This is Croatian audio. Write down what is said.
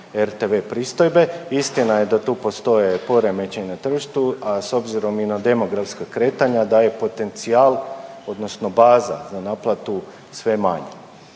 RTV pristojbe, istina je da tu postoje poremećaji na tržištu, ali s obzirom i na demografska kretanja da je potencijal odnosno baza za naplatu sve manja.